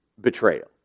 betrayal